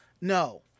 no